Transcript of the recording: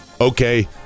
okay